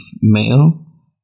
male